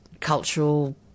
cultural